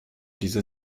diese